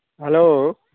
hello